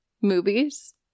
movies